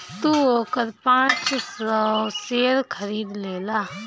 तू ओकर पाँच सौ शेयर खरीद लेला